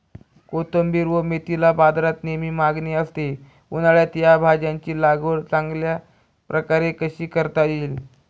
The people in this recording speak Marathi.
कोथिंबिर व मेथीला बाजारात नेहमी मागणी असते, उन्हाळ्यात या भाज्यांची लागवड चांगल्या प्रकारे कशी करता येईल?